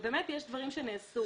ובאמת יש דברים שנעשו,